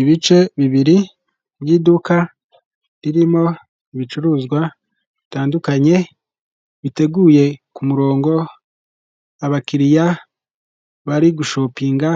Ibice bibiri by'iduka, ririmo ibicuruzwa bitandukanye, biteguye ku murongo, abakiriya bari gushopinga